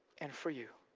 and for you.